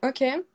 Okay